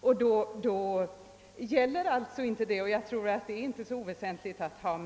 Vad blir det då av fröken Sandells garanti för sakkunskap?